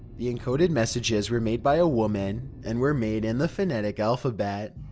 the encoded messages were made by a woman and were made in the phonetic alphabet.